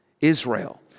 Israel